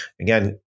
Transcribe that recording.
again